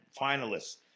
finalists